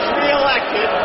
reelected